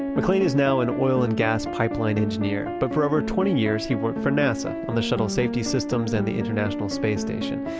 mclane is now an oil and gas pipeline engineer, but for over twenty years, he worked for nasa on the shuttle safety systems on and the international space station.